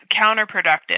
counterproductive